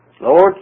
Lord